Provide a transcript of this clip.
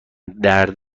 درد